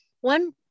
one